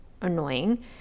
annoying